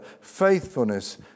faithfulness